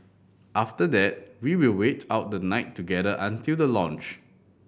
after that we will wait out the night together until the launch